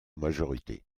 majorité